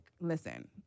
listen